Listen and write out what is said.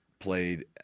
played